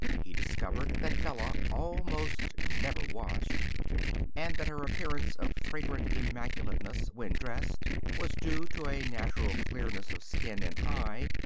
he discovered that bella almost never washed and that her appearance of fragrant immaculateness, when dressed, was due to a natural clearness of skin and eye,